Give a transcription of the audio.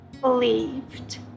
believed